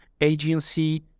agency